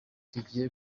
tugiye